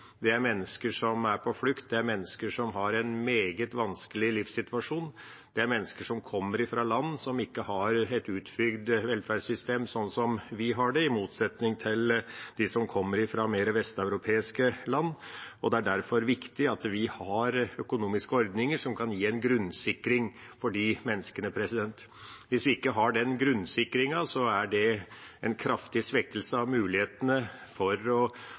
mennesker som har en meget vanskelig livssituasjon, det er mennesker som kommer fra land som ikke har et utbygd velferdssystem sånn som vi har det, i motsetning til de som kommer fra mer vesteuropeiske land, og det er derfor viktig at vi har økonomiske ordninger som kan gi en grunnsikring for de menneskene. Hvis vi ikke har den grunnsikringen, er det en kraftig svekkelse av mulighetene for å